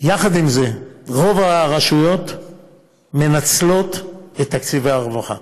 שיחד עם זה, רוב הרשויות מנצלות את תקציבי הרווחה